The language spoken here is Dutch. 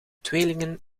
tweelingen